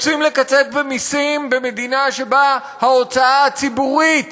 רוצים לקצץ במסים במדינה שבה ההוצאה הציבורית